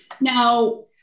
Now